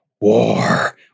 war